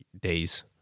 days